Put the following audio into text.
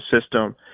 system